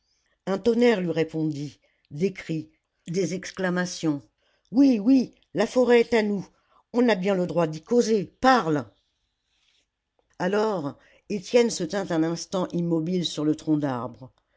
un tonnerre lui répondit des cris des exclamations oui oui la forêt est à nous on a bien le droit d'y causer parle alors étienne se tint un instant immobile sur le tronc d'arbre